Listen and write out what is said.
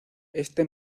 este